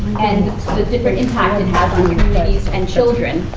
and the different impact it has on communities and children.